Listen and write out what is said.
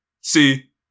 See